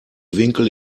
winkel